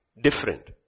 different